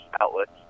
outlets